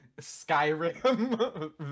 Skyrim